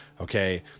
okay